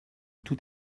tout